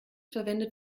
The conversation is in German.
verwendet